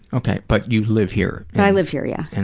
okay. but you live here. i live here, yeah and